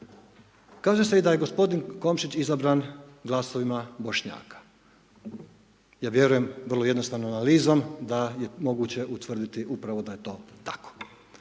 Kaže se i da je gospodin Komšić izabran glasovima Bošnjaka. Ja vjerujem vrlo jednostavnom analizom da je moguće utvrditi upravo da je to tako.